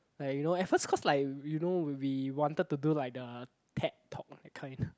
like you know at first cause like you know we wanted to do like the Ted talk that kind